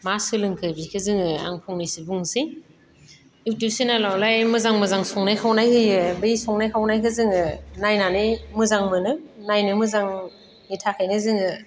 मा सोलोंखो बेखो जोङो आं फंनैसो बुंनोसै इउटुब चेनेलावलाय मोजां मोजां संनाय खावनाय होयो बे संनाय खावनायखौ जोङो नायनानै मोजां मोनो नायनो मोजांनि थाखायनो जोङो